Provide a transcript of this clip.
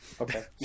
okay